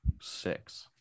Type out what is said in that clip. Six